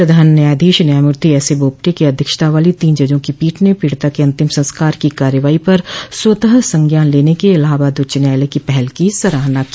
प्रधान न्यायाधीश न्यायमूर्ति S A Bobde की अध्यक्षता वाली तीन जजों की पीठ ने पीडिता के अंतिम संस्कार की कार्रवाई पर स्वतः संज्ञान लेने की इलाहाबाद उच्च न्यायालय की पहल की सराहना की